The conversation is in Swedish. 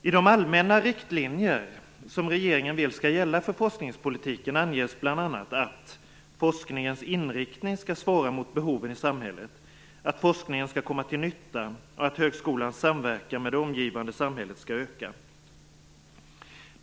I de allmänna riktlinjer som regeringen vill skall gälla för forskningspolitiken anges bl.a. att forskningens inriktning skall svara mot behoven i samhället, att forskningen skall komma till nytta och att högskolans samverkan med det omgivande samhället skall öka.